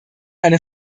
eine